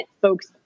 folks